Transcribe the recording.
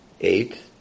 eight